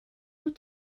wyt